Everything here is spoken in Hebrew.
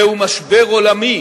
זהו משבר עולמי